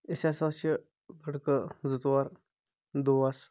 أسۍ ہسا چھِ لڑکہٕ زٕ ژور دوس